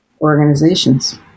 organizations